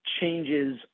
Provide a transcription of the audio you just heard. changes